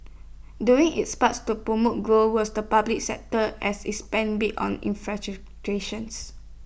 doing its parts to promote growth was the public sector as IT spent big on